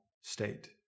state